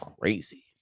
crazy